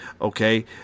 Okay